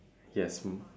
yes